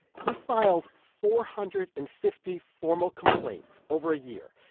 he filed four hundred and fifty formal complaints over a year.